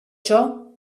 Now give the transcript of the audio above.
ciò